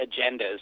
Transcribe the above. agendas